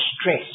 stress